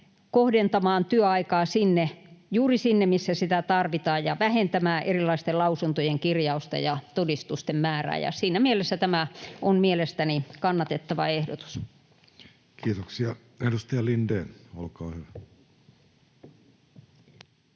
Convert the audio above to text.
kohdentaa työaikaa juuri sinne, missä sitä tarvitaan, ja vähennetään erilaisten lausuntojen, kirjausten ja todistusten määrää. Siinä mielessä tämä on mielestäni kannatettava ehdotus. [Speech 108] Speaker: